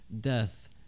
death